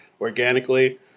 organically